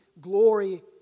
glory